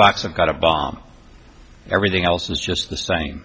and got a bomb everything else is just the same